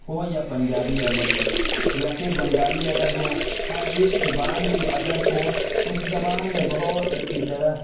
ہو یا پنجابی ادب ہو یا پھر بنگالی ادب ہو ہر ایک زبان کے ادب کو اس زبان نے بہت اچھی طرح